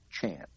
chance